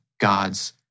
God's